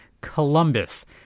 Columbus